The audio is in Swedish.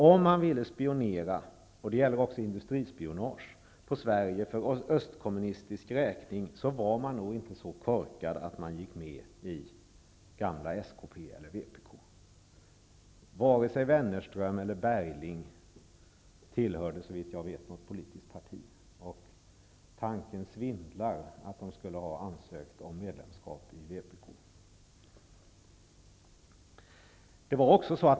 Om man ville spionera -- och det gäller också industrispionage -- på Sverige för östkommunistisk räkning, var man nog inte så korkad att man gick med i gamla spk eller vpk. Varken Wennerström eller Bergling tillhörde, såvitt jag vet, något politiskt parti. Tanken svindlar att de skulle ha ansökt om medlemskap i vpk.